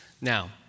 Now